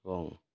ଏବଂ